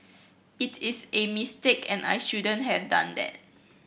it is a mistake and I shouldn't have done that